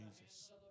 Jesus